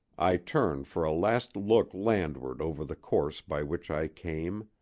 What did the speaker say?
i turn for a last look landward over the course by which i came.